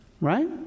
Right